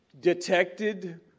detected